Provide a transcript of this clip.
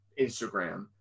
Instagram